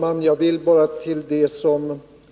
Herr talman!